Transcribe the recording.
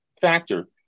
factor